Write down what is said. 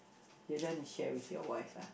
you don't want to share with your wife ah